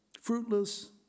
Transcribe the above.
fruitless